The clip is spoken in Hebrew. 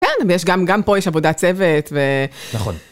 כן, ויש גם, גם פה יש עבודת צוות, ו... נכון.